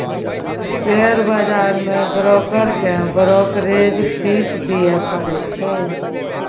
share बजार मे broker केँ ब्रोकरेज फीस दियै परै छै